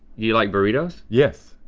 you like burritos? yes,